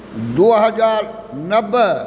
दू हजार नबे